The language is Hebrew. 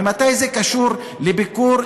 ממתי זה קשור לביקור,